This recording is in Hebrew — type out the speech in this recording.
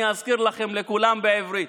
אני אזכיר לכם, לכולם, בעברית: